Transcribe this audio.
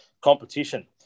competition